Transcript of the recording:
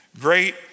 Great